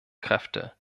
kräfte